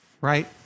right